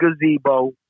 gazebo